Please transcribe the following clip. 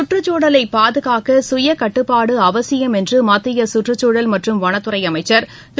சுற்றுச்சூழலைப் பாதுகாக்க சுயகட்டுப்பாடு அவசியம் என்று மத்திய சுற்றுச்சூழல் மற்றும் வனத்துறை அமைச்சா் திரு